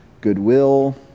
goodwill